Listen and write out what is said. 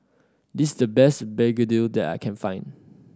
this the best begedil that I can find